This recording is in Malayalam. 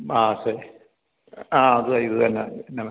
ബാസെ ആ ഡ്രൈവ് തന്നെ പിന്നെ